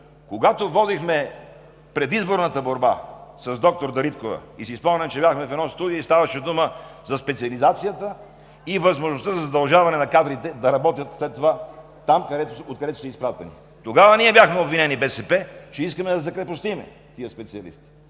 когато водихме предизборната борба с доктор Дариткова и си спомням, че бяхме в едно студио и ставаше дума за специализацията и възможността за задължаване на кадрите да работят след това там, откъдето са изпратени, тогава ние от БСП бяхме обвинени, че искаме да закрепостим тези специалисти.